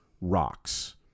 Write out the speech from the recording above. rocks